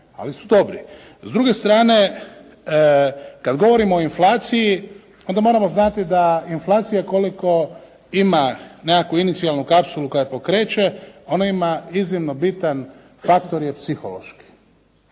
ali su dobri. S druge strane, kad govorimo o inflaciji, onda moramo znati da inflacija koliko ima nekakvu inicijalnu kapsulu koja je pokreće, ona ima iznimno bitan faktor je psihološki